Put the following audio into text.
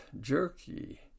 jerky